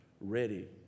ready